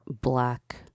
black